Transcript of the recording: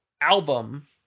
album